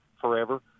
forever